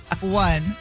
one